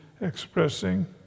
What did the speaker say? expressing